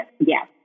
yes